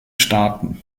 staaten